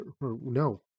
No